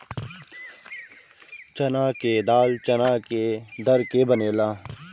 चना के दाल चना के दर के बनेला